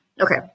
Okay